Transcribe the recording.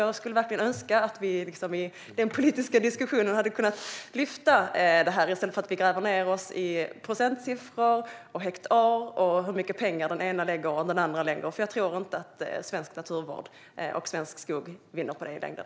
Jag skulle verkligen önska att vi i den politiska diskussionen kunde lyfta upp det här i stället för att gräva ned oss i procentsatser, hektar och hur mycket pengar den ena och den andra lägger. Det tror jag inte att svensk naturvård och svensk skog vinner på i längden.